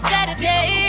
Saturday